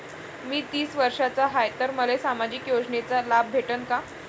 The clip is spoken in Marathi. मी तीस वर्षाचा हाय तर मले सामाजिक योजनेचा लाभ भेटन का?